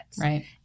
Right